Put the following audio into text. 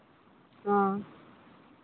ᱚ